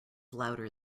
louder